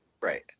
right